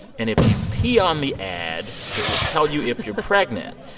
and if you pee on the ad, it will tell you if you're pregnant.